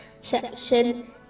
section